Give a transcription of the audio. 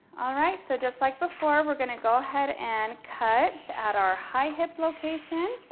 all right, so just like before, we're gonna go ahead and cut at our high hip location